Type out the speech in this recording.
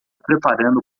preparando